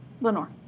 Lenore